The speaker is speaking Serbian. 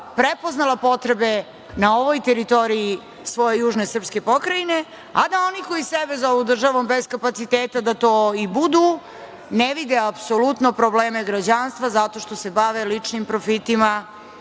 prepoznala potrebe na ovoj teritoriji svoje južne srpske pokrajine, a da oni koji sebe zovu državom bez kapaciteta da to i budu, ne vide apsolutno probleme građanstva zato što se bave ličnim profitima